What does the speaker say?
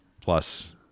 Plus